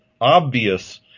obvious